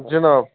جِناب